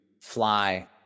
fly